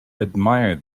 admire